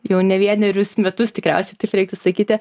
jau ne vienerius metus tikriausiai taip reiktų sakyti